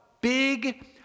big